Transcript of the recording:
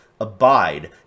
abide